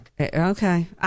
Okay